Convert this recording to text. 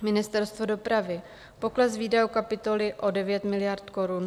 Ministerstvo dopravy pokles výdajů kapitoly o 9 miliard korun.